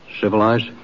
civilized